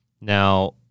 Now